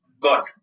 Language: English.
got